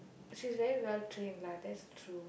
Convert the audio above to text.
she's very well trained lah that's true